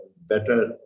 better